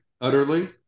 utterly